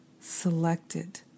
selected